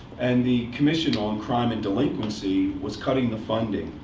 and the commission on crime and delinquency was cutting the funding.